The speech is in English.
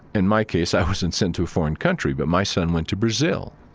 and my case, i wasn't sent to a foreign country, but my son went to brazil.